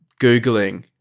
Googling